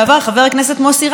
חבר הכנסת מוסי רז,